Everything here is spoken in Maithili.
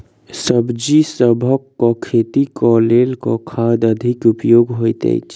सब्जीसभ केँ खेती केँ लेल केँ खाद अधिक उपयोगी हएत अछि?